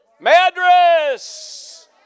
Madras